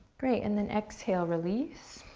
great. and then exhale, release,